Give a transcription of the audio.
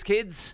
Kids